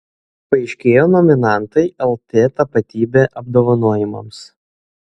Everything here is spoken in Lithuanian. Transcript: paaiškėjo nominantai lt tapatybė apdovanojimams